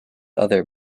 other